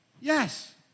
Yes